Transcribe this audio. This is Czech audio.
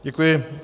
Děkuji.